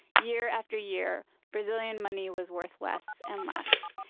year after year, brazilian money was worth less and less.